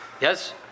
Yes